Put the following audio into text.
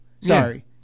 sorry